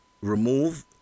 remove